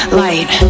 light